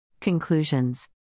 Conclusions